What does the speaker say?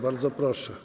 Bardzo proszę.